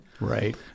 Right